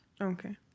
Okay